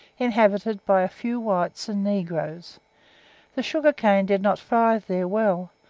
inhabited by a few whites and negroes the sugar cane did not thrive there well,